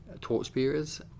torchbearers